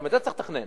גם את זה צריך לתכנן,